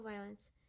violence